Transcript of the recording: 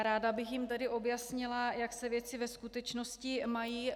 Ráda bych jim tedy objasnila, jak se věci ve skutečnosti mají.